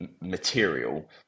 material